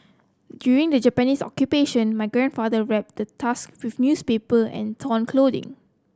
during the Japanese Occupation my grandfather wrapped the tusk with newspaper and torn clothing